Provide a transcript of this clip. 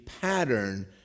pattern